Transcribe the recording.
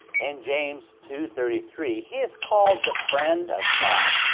in james two thirty three, he is called the friend of god.